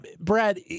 Brad